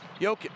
Jokic